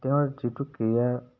তেওঁৰ যিটো কেৰিয়াৰ